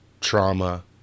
trauma